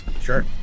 Sure